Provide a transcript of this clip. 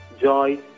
joy